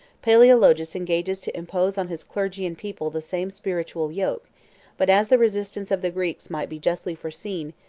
palaeologus engages to impose on his clergy and people the same spiritual yoke but as the resistance of the greeks might be justly foreseen,